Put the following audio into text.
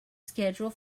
schedule